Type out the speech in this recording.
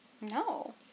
No